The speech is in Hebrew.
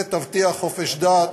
ותבטיח חופש דת,